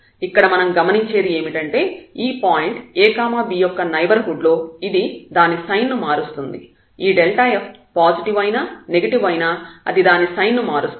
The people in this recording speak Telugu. ఇక్కడ మనం గమనించేది ఏమిటంటే ఈ పాయింట్ a b యొక్క నైబర్హుడ్ లో ఇది దాని సైన్ ను మారుస్తుంది f పాజిటివ్ అయినా నెగిటివ్ అయినా అది దాని సైన్ ను మారుస్తుంది